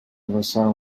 vessar